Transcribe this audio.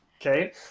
Okay